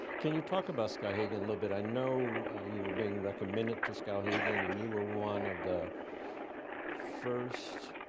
can you talk about skowhegan a little bit? i know you were being recommended to skowhegan and and you were one of the first,